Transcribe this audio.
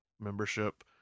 membership